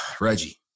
Reggie